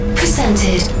presented